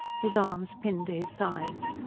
his arms pinned to his sides,